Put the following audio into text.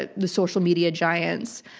ah the social media giants,